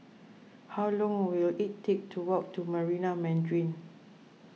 how long will it take to walk to Marina Mandarin